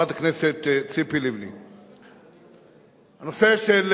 אנחנו חיים בשכונה קשה,